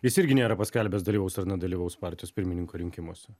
jis irgi nėra paskelbęs dalyvaus ar nedalyvaus partijos pirmininko rinkimuose